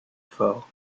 fort